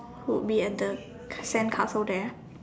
who would be at the sandcastle there